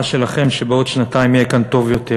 שלכם שבעוד שנתיים יהיה כאן טוב יותר: